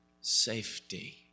safety